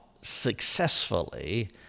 successfully